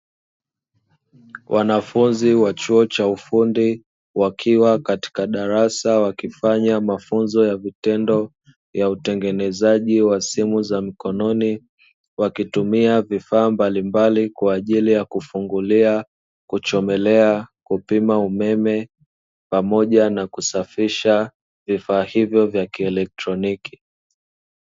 Wanafunzi wa chuo cha ufundi wakiwa katika darasa, wakifanya mafunzo ya vitendo ya utengenezaji wa simu za mkononi, wakitumia vifaa mbalimbali kwa ajili ya kufungulia, kuchomelea, kupima umeme pamoja na kusafisha vifaa hivyo vya kielektroniki.